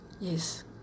Yes